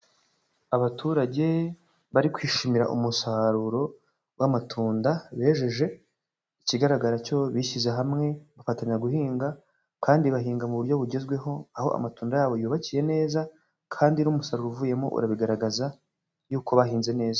Abaturage, bari kwishimira umusaruro, w'amatunda, bejeje. Ikigaragara cyo bishyize hamwe, bafatanya guhinga, kandi bahinga mu buryo bugezweho, aho amatunda yabo yubakiye neza. Kandi n'umusaruro uvuyemo urabigaragaza, yuko bahinze neza.